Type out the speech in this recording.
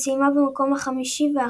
וסיימה במקום החמישי והאחרון.